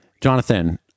Jonathan